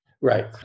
Right